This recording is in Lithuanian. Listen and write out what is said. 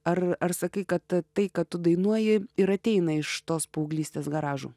ar ar sakai kad tai ką tu dainuoji ir ateina iš tos paauglystės garažų